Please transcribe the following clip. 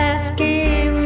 Asking